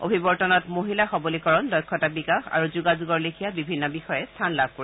অভিৱৰ্তনত মহিলা সৱলীকৰণ দক্ষতা বিকাশ আৰু যোগাযোগৰ লেখিয়া বিভিন্ন বিষয়ে স্থান লাভ কৰিব